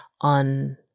on